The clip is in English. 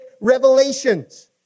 revelations